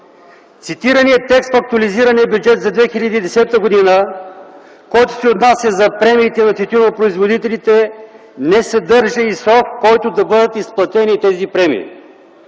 Цитираният текст в актуализирания бюджет за 2010 г., който се отнася за премиите на тютюнопроизводителите, не съдържа и срок, в който да бъдат изплатени тези премии.